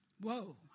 Whoa